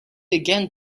again